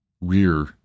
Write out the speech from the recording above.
rear